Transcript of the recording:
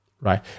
right